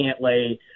Cantlay